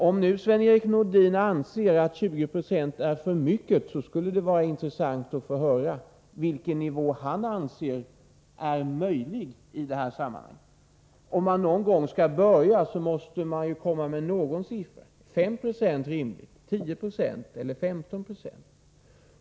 Om nu Sven-Erik Nordin anser att 2090 är för mycket skulle det vara intressant att få höra vilken nivå han i detta sammanhang anser möjlig. Om man någon gång skall börja måste man ju föreslå någon siffra — är 5 70 rimligt, 10 96 eller 15 26?